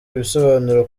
ibisobanuro